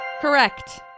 Correct